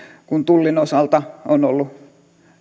kuin tullin osalta on ollut